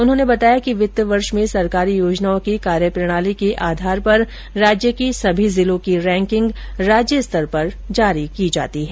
उन्होंने बताया कि वित्त वर्ष में सरकारी योजनाओं की कार्यप्रणाली के आधार पर राज्य के सभी जिलों की रैंकिंग राज्य स्तर पर जारी की जाती है